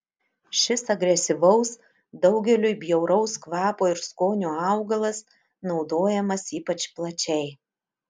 šis agresyvaus daugeliui bjauraus kvapo ir skonio augalas naudojamas ypač plačiai